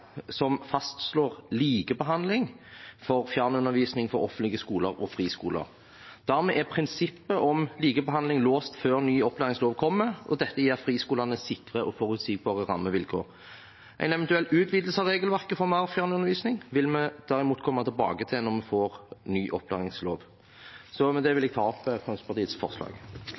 som fastslår likebehandling av fjernundervisning for offentlige skoler og friskoler. Dermed er prinsippet om likebehandling låst før ny opplæringslov kommer, og dette gir friskolene sikre og forutsigbare rammevilkår. En eventuell utvidelse av regelverket for mer fjernundervisning vil vi derimot komme tilbake til når vi får ny opplæringslov. Med det vil jeg ta opp Fremskrittspartiets forslag.